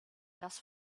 das